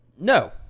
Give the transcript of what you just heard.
No